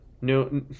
No